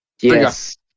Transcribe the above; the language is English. Yes